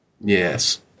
Yes